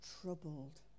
troubled